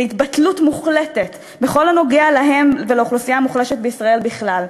להתבטלות מוחלטת בכל הנוגע להם ולאוכלוסייה המוחלשת בישראל בכלל.